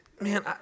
Man